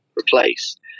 replace